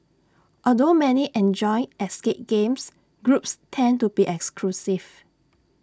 although many enjoy escape games groups tend to be exclusive